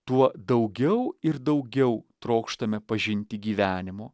tuo daugiau ir daugiau trokštame pažinti gyvenimo